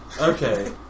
Okay